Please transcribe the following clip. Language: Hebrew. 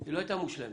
היא לא הייתה מושלמת,